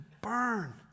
burn